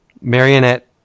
Marionette